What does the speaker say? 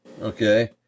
okay